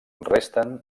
resten